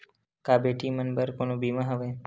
का बेटी मन बर कोनो बीमा हवय?